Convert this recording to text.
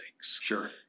Sure